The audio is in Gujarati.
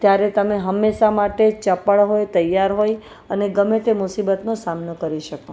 ત્યારે તમે હંમેશા માટે ચપળ હોય તૈયાર હોય અને ગમે તે મુસીબતનો સામનો કરી શકો